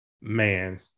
man